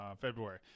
February